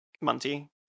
Monty